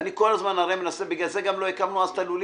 ואני כל הזמן הרי מנסה בגלל זה גם לא הקמנו אז את הלולים.